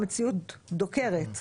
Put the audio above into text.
כשהמציאות דוקרת".